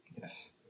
Yes